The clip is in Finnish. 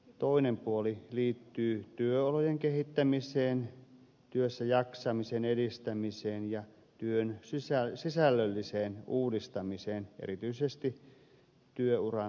toinen puoli liittyy työolojen kehittämiseen työssäjaksamisen edistämiseen ja työn sisällölliseen uudistamiseen erityisesti työuran loppupuolella